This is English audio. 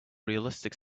realistic